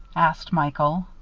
asked michael.